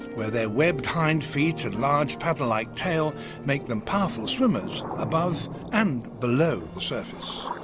where their webbed hind feet and large paddle-like tail make them powerful swimmers above and below the surface.